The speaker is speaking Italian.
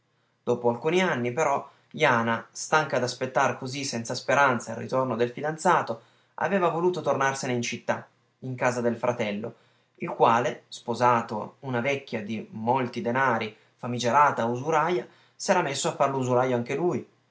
dopo alcuni anni però jana stanca d'aspettar così senza speranza il ritorno del fidanzato aveva voluto tornarsene in città in casa del fratello il quale sposata una vecchia di molti denari famigerata usuraja s'era messo a far l'usurajo anche lui